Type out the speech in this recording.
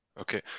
Okay